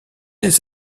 les